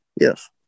Yes